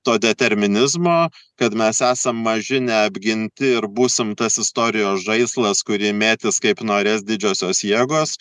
to determinizmo kad mes esam maži neapginti ir būsim tas istorijos žaislas kurį mėtys kaip norės didžiosios jėgos